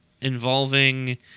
involving –